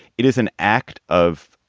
it is an act of.